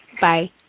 Bye